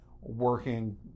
working